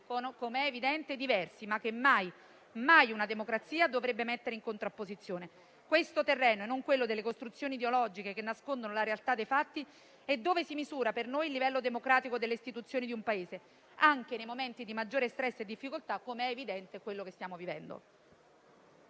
e diritti diversi, ma che mai una democrazia dovrebbe mettere in contrapposizione. È su questo terreno - e non su quello delle costruzioni ideologiche che nascondono la realtà dei fatti - che si misura per noi il livello democratico delle Istituzioni di un Paese, anche nei momenti di maggiore *stress* e difficoltà, come evidentemente è quello che stiamo vivendo.